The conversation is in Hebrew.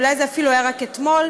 אולי זה אפילו היה רק אתמול,